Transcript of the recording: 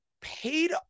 paid